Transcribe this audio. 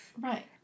Right